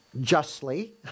justly